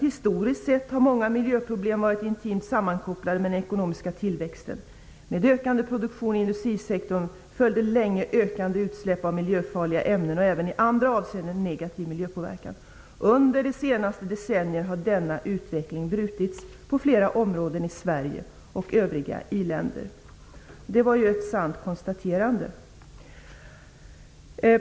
''Historiskt sett har många miljöproblem varit intimt sammankopplade med den ekonomiska tillväxten. Med ökande produktion i industrisektorn följde länge ökande utsläpp av miljöfarliga ämnen och även i andra avseenden en negativ miljöpåverkan. Under de senaste decennierna har denna utveckling brutits på flera områden i Sverige och övriga i-länder.'' Det var ju ett sant konstaterande.